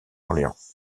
orléans